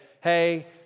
hey